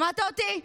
שמעת אותי?